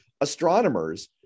astronomers